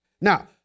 Now